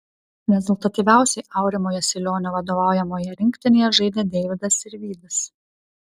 rezultatyviausiai aurimo jasilionio vadovaujamoje rinktinėje žaidė deividas sirvydis